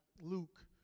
Luke